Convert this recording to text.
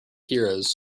heroes